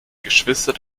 geschwister